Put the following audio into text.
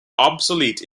obsolete